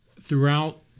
throughout